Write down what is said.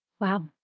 Wow